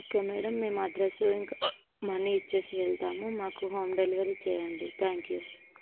okay madam మేము address ఇంకా money ఇచ్చేసి వెళ్తాము మాకు హోమ్ డెలివరీ చేయండి థ్యాంక్ యూ